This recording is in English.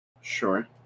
Sure